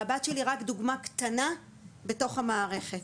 והבת שלי היא רק דוגמה קטנה בתוך המערכת.